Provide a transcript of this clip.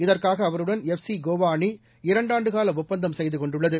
இதற்காக அவருடன் எஃப்சி கோவா அணி இரண்டாண்டுகால ஒப்பந்தம் செய்து கொண்டுள்ளது